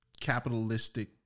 capitalistic